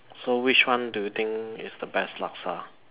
so which one do you think is the best laksa